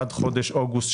עד חודש אוגוסט,